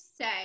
say